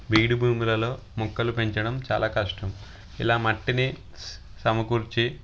బీడు భూములలో మొక్కలు పెంచడం చాలా కష్టం ఇలా మట్టిని స్ సమకూర్చి